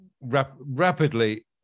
rapidly